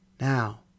Now